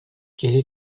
киһи